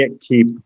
keep